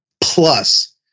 plus